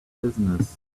business